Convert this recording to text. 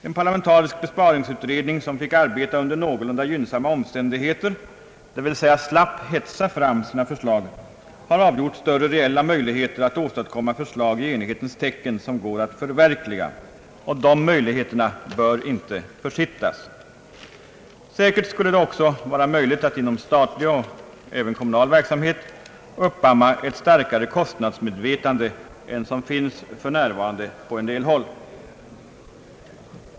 En parlamentarisk besparingsutredning som fick arbeta under någorlunda goda omständigheter, dvs. slapp hetsa fram sina förslag, skulle avgjort ha större reella möjligheter att åstadkomma förslag i enighetens tecken, som det går att förverkliga. De möjligheterna bör inte försittas. Säkert skulle det också vara möjligt att inom statlig och även kommunal verksamhet uppamma ett starkare kostnadsmedvetande än som f.n. finns på en del håll.